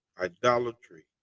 idolatry